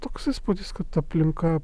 toks įspūdis kad aplinka